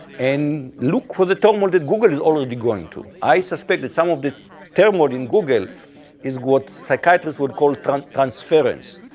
and look for the turmoil that google is already going to. i suspect that some of the turmoil in google is what psychiatrists would call transference.